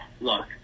look